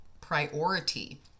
priority